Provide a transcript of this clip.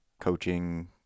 coaching